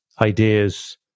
ideas